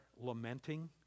lamenting